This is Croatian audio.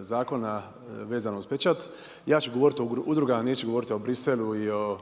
Zakona vezano uz pečat. Ja ću govoriti o udrugama, neću govoriti o Bruxellesu i o